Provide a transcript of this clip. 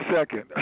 second